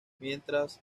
mientras